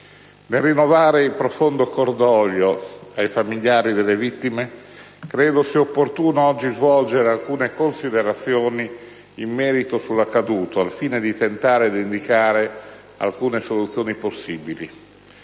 nel rinnovare il profondo cordoglio ai familiari delle vittime, credo sia opportuno oggi svolgere alcune considerazioni di merito sull'accaduto al fine di tentare di indicare alcune soluzioni possibili.